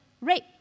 rape